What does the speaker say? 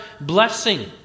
blessing